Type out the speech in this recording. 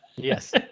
Yes